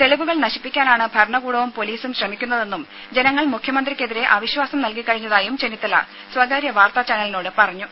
തെളിവുകൾ നശിപ്പിക്കാനാണ് ഭരണകൂടവും പൊലീസും ശ്രമിക്കുന്നതെന്നും ജനങ്ങൾ മുഖ്യമന്ത്രിക്കെതിരെ അവിശ്വാസം നൽകി കഴിഞ്ഞതായും ചെന്നിത്തല സ്വകാര്യ വാർത്താ ചാനലിനോട് പറഞ്ഞു